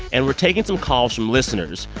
and we're taking some calls from listeners.